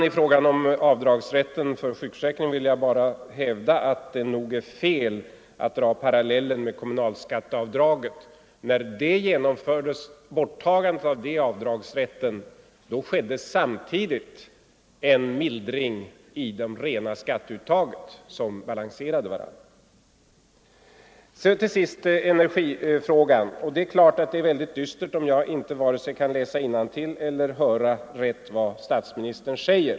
I fråga om avdragsrätten för sjukförsäkringsavgiften vill jag hävda att det nog är fel att dra parallellen med kommunalskatteavdraget. När detta avdrag avskaffades genomfördes samtidigt en mildring i skatteuttaget, vilken balanserade denna åtgärd. När det till sist gäller energifrågan är det självfallet mycket dystert om jag varken kan läsa innantill eller riktigt kan höra vad statsministern säger.